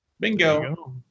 Bingo